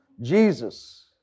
Jesus